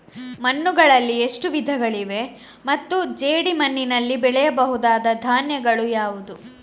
ಮಣ್ಣುಗಳಲ್ಲಿ ಎಷ್ಟು ವಿಧಗಳಿವೆ ಮತ್ತು ಜೇಡಿಮಣ್ಣಿನಲ್ಲಿ ಬೆಳೆಯಬಹುದಾದ ಧಾನ್ಯಗಳು ಯಾವುದು?